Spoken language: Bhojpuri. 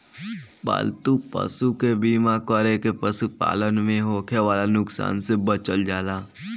पालतू पशु के बीमा कर के पशुपालन में होखे वाला नुकसान से बचल जाला